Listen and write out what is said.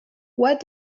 what